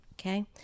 Okay